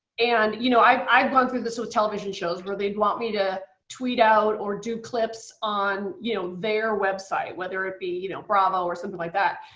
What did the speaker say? and you know i've i've gone through this with television shows, where they want me to tweet out or do clips on you know their website, whether it be you know bravo or something like that.